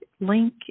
link